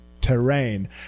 terrain